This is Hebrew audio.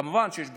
כמובן שיש בדיקות,